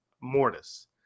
Mortis